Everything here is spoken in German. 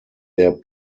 der